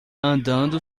andando